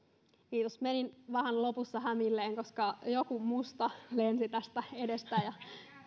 kiitos menin vähän lopussa hämilleni koska joku musta lensi tästä edestä